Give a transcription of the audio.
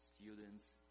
students